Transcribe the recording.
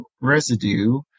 residue